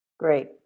Great